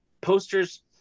posters